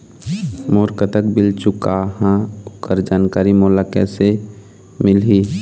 मोर कतक बिल चुकाहां ओकर जानकारी मोला कैसे मिलही?